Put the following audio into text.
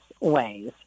ways